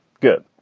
good.